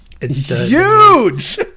Huge